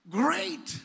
great